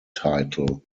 title